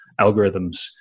algorithms